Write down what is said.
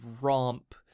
romp